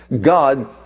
God